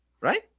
right